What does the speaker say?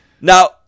Now